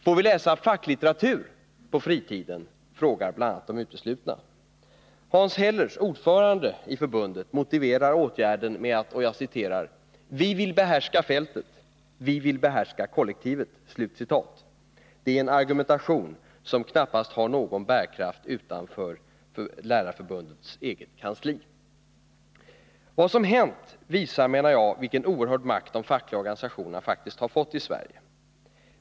Får vi läsa facklitteratur på fritiden, frågar de uteslutna bl.a. Hans Hellers, ordförande i förbundet, motiverar åtgärden med att ”vi vill behärska fältet, vi vill behärska kollektivet”. Det är en argumentation som knappast har någon bärkraft utanför Lärarförbundets eget kansli. Vad som har hänt visar, menar jag, vilken oerhörd makt de fackliga organisationerna faktiskt har fått i Sverige.